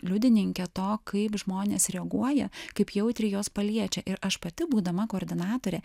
liudininkė to kaip žmonės reaguoja kaip jautriai juos paliečia ir aš pati būdama koordinatorė